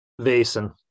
Vason